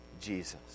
Jesus